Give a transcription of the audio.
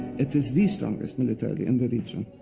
it is the strongest military in the region.